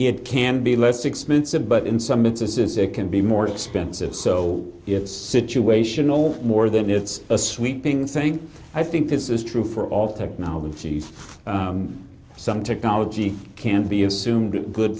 it can be less expensive but in some instances it can be more expensive so it's situational more than it's a sweeping thing i think this is true for all technologies some technology can't be assumed